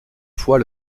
fois